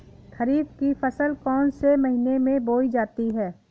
खरीफ की फसल कौन से महीने में बोई जाती है?